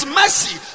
mercy